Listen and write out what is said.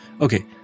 Okay